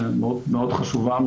מאוד חשובה,